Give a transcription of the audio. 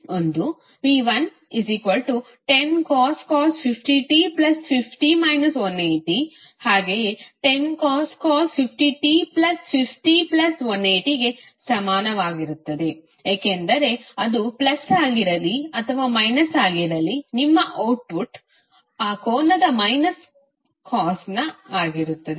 ಒಂದು v1 10cos 50t50 180 ಹಾಗೆಯೇ 10cos 50t50180 ಗೆ ಸಮಾನವಾಗಿರುತ್ತದೆ ಏಕೆಂದರೆ ಅದು ಪ್ಲಸ್ ಆಗಿರಲಿ ಅಥವಾ ಮೈನಸ್ ಆಗಿರಲಿ ನಿಮ್ಮ ಅವ್ಟ್ಟ್ಪುಟ್ ಆ ಕೋನದ ಮೈನಸ್ ಕಾಸ್ನ ಆಗಿರುತ್ತದೆ